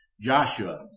Joshua